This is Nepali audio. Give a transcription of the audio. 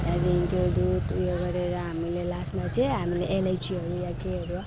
त्यहाँदेखि त्यो दुध उयो गरेर हामीले लास्टमा चाहिँ हामीले अलैँचीहरू या केहीहरू